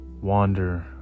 wander